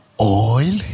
oil